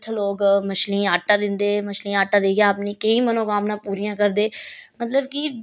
इत्थें लोग मच्छलियें गी आटा दिंदे मच्छलियें गी आटा देइयै अपनी केईं मनो कामना पूरियां करदे मतलब कि